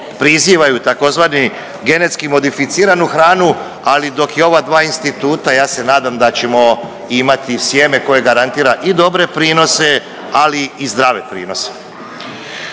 prizivaju tzv. genetski modificiranu hranu, ali dok je ova dva instituta ja se nadam da ćemo imati sjeme koje garantira i dobre prinose, ali i zdrave prinose.